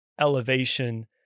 elevation